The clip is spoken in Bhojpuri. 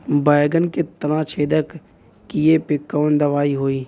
बैगन के तना छेदक कियेपे कवन दवाई होई?